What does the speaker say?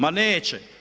Ma neće.